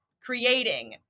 creating